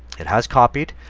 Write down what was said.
it has copied.